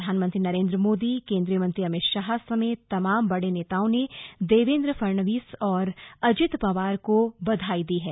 प्रधानमंत्री नरेन्द् मोदी केन्द्रीय मंत्री अमित शाह समेत तमाम बड़े नेताओं ने देवेन्द् फडणवीस और अजित पवार को बधाई दी है